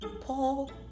Paul